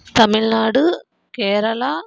Tamil Nadu Kerala